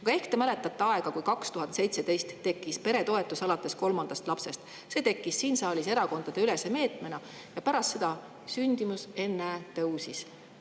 Aga ehk mäletate aega, [aastat] 2017, kui [loodi] peretoetus alates kolmandast lapsest. See tekkis siin saalis erakondadeülese meetmena ja pärast seda sündimus – ennäe! – tõusis.